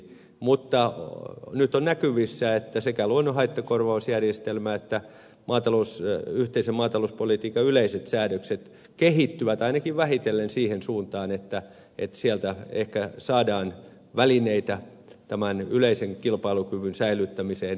mutta nyt on näkyvissä että sekä luonnonhaittakorvausjärjestelmä että yhteisen maatalouspolitiikan yleiset säädökset kehittyvät ainakin vähitellen siihen suuntaan että sieltä ehkä saadaan välineitä tämän yleisen kilpailukyvyn säilyttämiseen